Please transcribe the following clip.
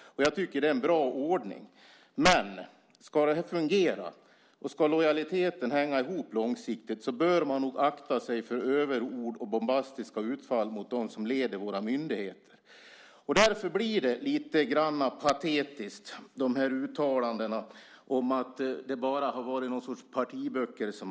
Och jag tycker att det är en bra ordning. Men om detta ska fungera och om lojaliteten långsiktigt ska hänga ihop bör man nog akta sig för överord och bombastiska utfall mot dem som leder våra myndigheter. Därför blir dessa uttalanden om att det bara är partiböcker som har gällt lite patetiska.